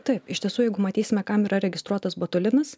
taip iš tiesų jeigu matysime kam yra registruotas botulinas